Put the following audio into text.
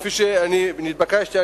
כפי שנתבקשתי,